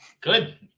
good